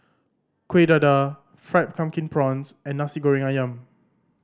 Kueh Dadar Fried Pumpkin Prawns and Nasi Goreng Ayam